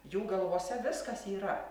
jų galvose viskas yra